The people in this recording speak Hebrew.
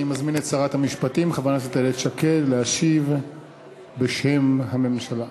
אני מזמין את שרת המשפטים חברת הכנסת איילת שקד להשיב בשם הממשלה.